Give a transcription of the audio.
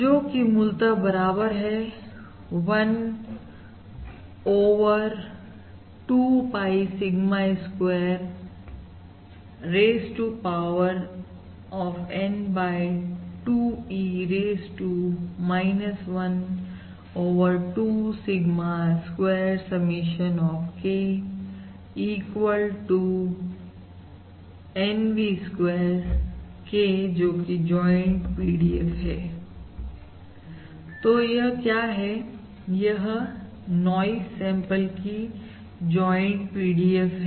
जो कि मूलत बराबर है 1 over 2 pi square sigma square raise to power of N by 2E raise to 1 over 2 sigma square summation of K equal 1 to N V square K जोकि joint PDF है तो यह क्या है यह नॉइज सैंपल की जॉइंट PDF है